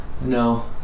No